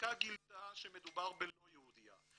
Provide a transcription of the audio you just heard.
הבדיקה גילתה שמדובר בלא יהודייה.